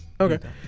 Okay